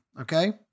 Okay